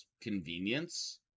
convenience